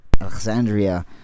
Alexandria